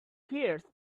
pierced